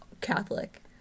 Catholic